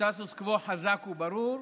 סטטוס קוו חזק וברור,